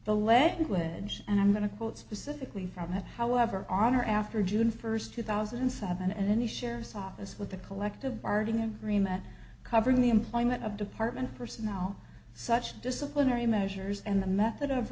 the language and i'm going to quote specifically from that however on or after june first two thousand and seven and then the sheriff's office with a collective bargaining agreement covering the employment of department personnel such disciplinary measures and the method of